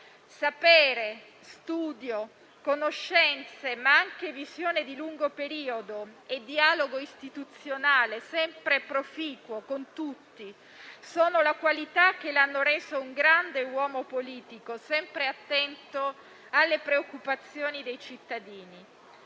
Sapere, studio, conoscenze, ma anche visione di lungo periodo e dialogo istituzionale sempre proficuo con tutti: sono le qualità che l'hanno reso un grande uomo politico, sempre attento alle preoccupazioni dei cittadini.